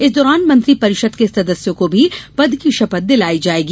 इस दौरान मंत्री परिषद के सदस्यों को भी पद की शपथ दिलाई जाएगी